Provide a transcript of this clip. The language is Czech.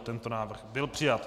Tento návrh byl přijat.